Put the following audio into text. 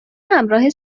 همراه